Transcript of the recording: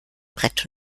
brett